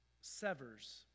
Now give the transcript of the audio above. severs